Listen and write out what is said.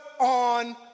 on